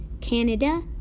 Canada